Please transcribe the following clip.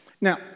Now